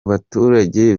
baturage